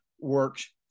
works